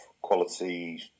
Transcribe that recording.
quality